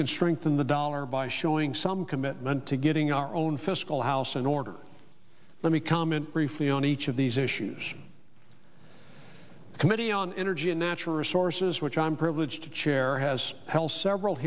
can strengthen the dollar by showing some commitment to getting our own fiscal house in order let me comment briefly on each of these issues committee on energy and natural resources which i'm privileged to chair has held several